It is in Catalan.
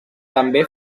també